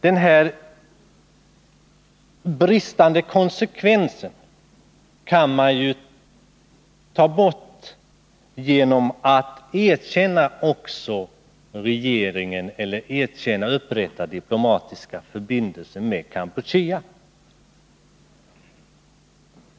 Den här bristande konsekvensen kan vi bli av med genom att upprätta diplomatiska förbindelser med Kampuchea.